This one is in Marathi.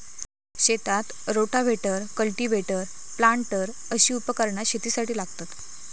शेतात रोटाव्हेटर, कल्टिव्हेटर, प्लांटर अशी उपकरणा शेतीसाठी लागतत